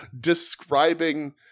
Describing